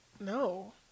no